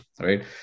right